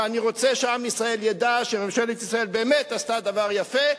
ואני רוצה שעם ישראל ידע שממשלת ישראל באמת עשתה דבר יפה.